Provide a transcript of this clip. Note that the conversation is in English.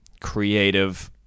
creative